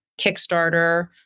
Kickstarter